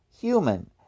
human